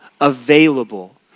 available